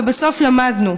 ובסוף למדנו.